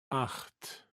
acht